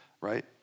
right